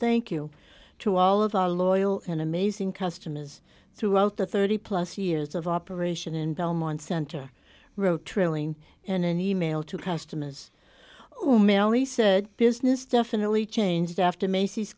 thank you to all of our loyal and amazing custom is throughout the thirty plus years of operation in belmont center row trailing in an e mail to customers who mail me said business definitely changed after macy's